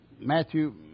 Matthew